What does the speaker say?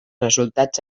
resultats